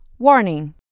Warning